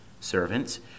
Servants